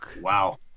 wow